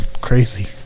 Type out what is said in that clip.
crazy